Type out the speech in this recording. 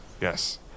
Yes